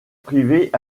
privées